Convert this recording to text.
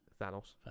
Thanos